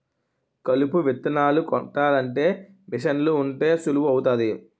కలుపు విత్తనాలు కొట్టాలంటే మీసన్లు ఉంటే సులువు అవుతాది